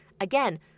Again